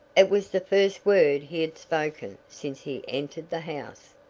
it was the first word he had spoken since he entered the house.